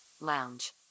lounge